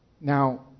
Now